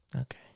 Okay